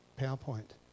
PowerPoint